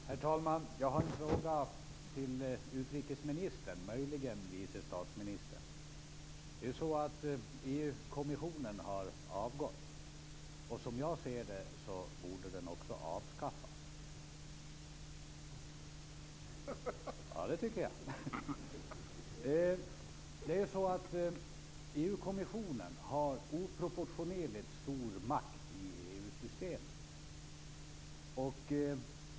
Herr talman! Jag har en fråga till utrikesministern eller möjligen vice statsministern. EU-kommissionen har avgått. Som jag ser det borde den också avskaffas. EU-kommissionen har oproportionerligt stor makt i EU-systemet.